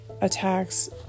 attacks